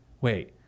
wait